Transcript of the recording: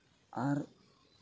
ᱟᱨ